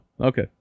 okay